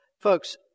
Folks